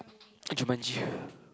Jumanji